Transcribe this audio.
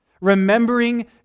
remembering